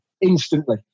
instantly